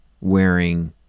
wearing